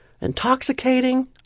intoxicating